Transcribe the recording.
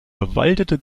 bewaldete